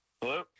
Hello